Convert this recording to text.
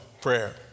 prayer